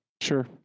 Sure